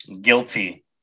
guilty